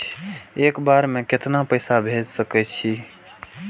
एक बार में केतना पैसा भेज सके छी?